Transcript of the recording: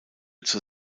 zur